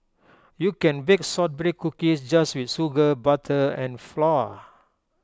you can bake Shortbread Cookies just with sugar butter and flour